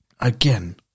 again